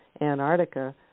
Antarctica